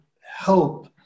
help